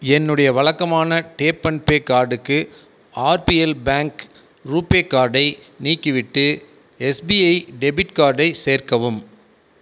என்னுடைய வழக்கமான tap and pay கார்டுக்கு ஆர்பிஎல் பேங்க் ரூபே கார்டை நீக்கிவிட்டு எஸ்பிஐ டெபிட் கார்டை சேர்க்கவும்